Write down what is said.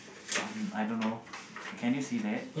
um I don't know can you see that